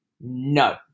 no